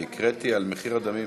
קראתי על מחיר הדמים.